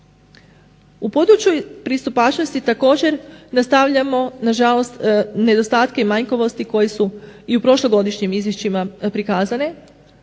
U području pristupačnosti također nastavljamo nažalost nedostatke i manjkavosti koje se i u prošlogodišnjim izvješćima prikazane